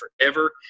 forever